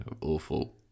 awful